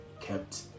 kept